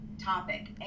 topic